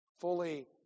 fully